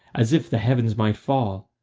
as if the heavens might fall.